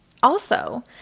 Also